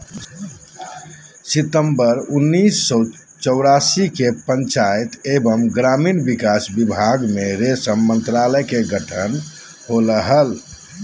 सितंबर उन्नीस सो चौरासी के पंचायत एवम ग्रामीण विकास विभाग मे रेशम मंत्रालय के गठन होले हल,